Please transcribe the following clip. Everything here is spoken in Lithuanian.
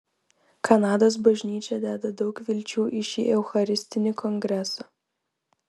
kanados bažnyčia deda daug vilčių į šį eucharistinį kongresą